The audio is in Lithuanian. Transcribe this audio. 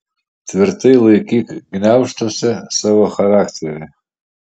tvirtai laikyk gniaužtuose savo charakterį